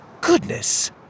Goodness